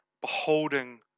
beholding